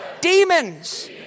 demons